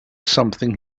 something